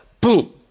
boom